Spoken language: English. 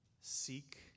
seek